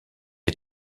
est